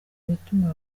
bituma